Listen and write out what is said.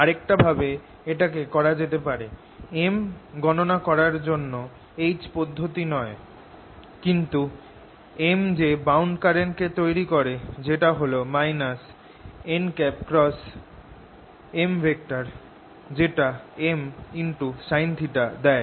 আরেকটা ভাবে এটাকে করা যেতে পারে M গণনা করার জন্য H পদ্ধতি নয় কিন্তু M যে বাউন্ড কারেন্ট কে তৈরি করে যেটা হল nM যেটা Msinθ দেয়